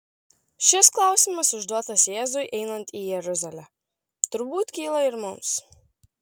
šis klausimas užduotas jėzui einant į jeruzalę turbūt kyla ir mums